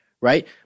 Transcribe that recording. right